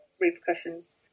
repercussions